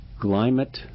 Climate